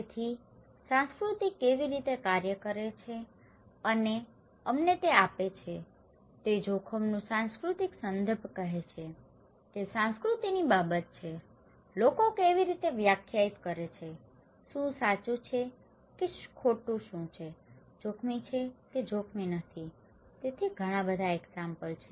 તેથી સંસ્કૃતિ કેવી રીતે કાર્ય કરે છે અને અમને તે આપે છે તે જોખમનું સાંસ્કૃતિક સંદર્ભ કહે છે કે સંસ્કૃતિની બાબત છે લોકો કેવી રીતે વ્યાખ્યાયિત કરે છે શું સાચું છે કે ખોટું શું જોખમી છે કે જોખમી નથી અને તેથી ઘણા એક્ઝામ્પલ છે